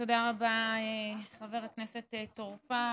תודה רבה, חבר הכנסת טור פז.